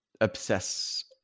obsess